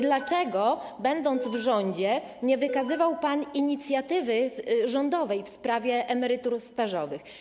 Dlaczego, będąc w rządzie, nie wykazywał pan inicjatywy rządowej w sprawie emerytur stażowych?